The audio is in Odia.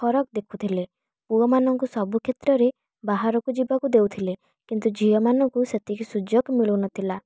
ଫରକ ଦେଖୁଥିଲେ ପୁଅମାନଙ୍କୁ ସବୁ କ୍ଷେତ୍ରରେ ବାହାରକୁ ଯିବାକୁ ଦେଉଥିଲେ କିନ୍ତୁ ଝିଅମାନଙ୍କୁ ସେତିକି ସୁଯୋଗ ମିଳୁ ନଥିଲା